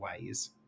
ways